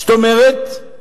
זאת אומרת,